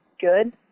good